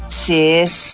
sis